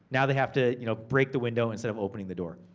now they have to you know break the window, instead of opening the door.